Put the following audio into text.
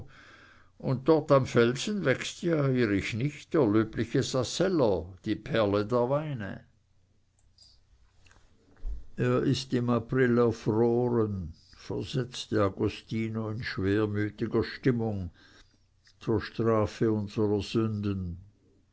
und dort am felsen wächst ja irr ich nicht der löbliche sasseller die perle der weine er ist im april erfroren versetzte agostino in schwermütiger stimmung zur strafe unsrer sünden